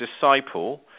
disciple